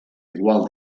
igual